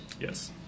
Yes